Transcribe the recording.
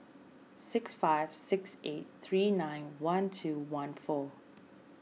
six five six eight three nine one two one four